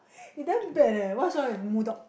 you damn bad leh what's wrong with mu dog